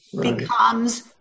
becomes